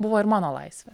buvo ir mano laisvė